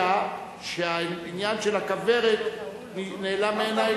החידוש היה שהעניין של הכוורת נעלם מעיני.